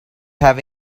have